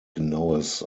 genaues